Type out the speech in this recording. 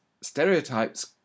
stereotypes